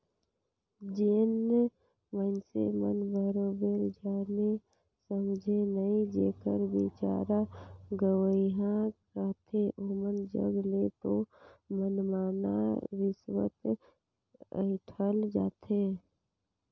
जेन मइनसे मन बरोबेर जाने समुझे नई जेकर बिचारा गंवइहां रहथे ओमन जग ले दो मनमना रिस्वत अंइठल जाथे